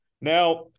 Now